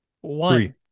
One